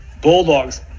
Bulldogs